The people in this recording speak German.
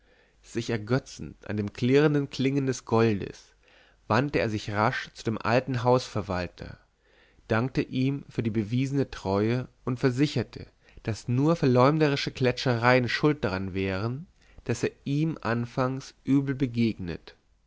sich ergötzend an dem klirrenden klingen des goldes wandte er sich rasch zu dem alten hausverwalter dankte ihm für die bewiesene treue und versicherte daß nur verleumderische klätschereien schuld daran wären daß er ihm anfangs übel begegnet